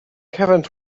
haven’t